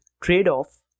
trade-off